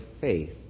faith